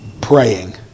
praying